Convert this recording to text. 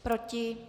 Proti?